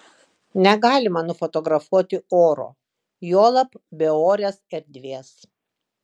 negalima nufotografuoti oro juolab beorės erdvės